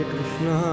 Krishna